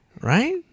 right